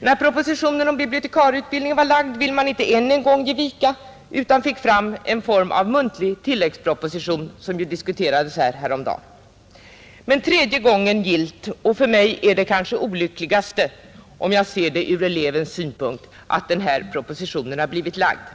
När propositionen om bibliotekarieutbildningen var lagd ville man inte än en gång ge vika utan fick fram en form av muntlig tilläggsproposition, som ju diskuterades i kammaren häromdagen. Men tredje gången gillt — och det är kanske för mig det olyckligaste, om jag ser det ur elevernas synpunkt, att den här propositionen har blivit lagd.